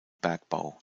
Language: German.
bergbau